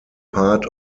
part